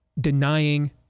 denying